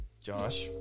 Josh